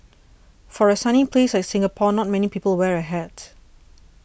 for a sunny place like Singapore not many people wear a hat